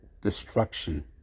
destruction